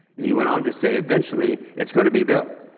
he went on to say eventually it's going to be built.